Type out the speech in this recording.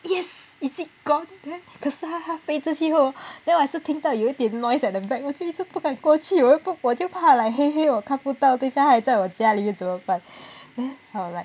yes is it gone then 可是它它飞出去后 then 我还是听到有一点 noise at the back 我就一直不敢过去我又我就怕 like 黑黑我看不到等一下它还在我家里面怎么办 then I was like